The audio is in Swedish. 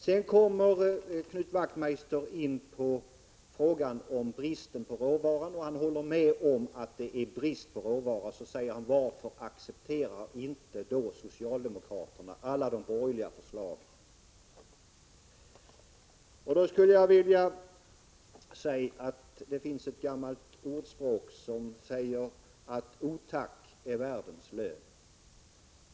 Sedan kommer Knut Wachtmeister in på frågan om bristen på råvara. Han håller med om att det är brist på råvara och frågar: Varför accepterar inte socialdemokraterna alla de borgerliga förslagen? Det finns ett gammalt ordspråk som lyder: Otack är världens lön.